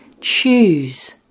Choose